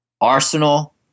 Arsenal